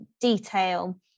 detail